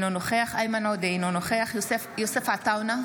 אינו נוכח איימן עודה, אינו נוכח יוסף עטאונה,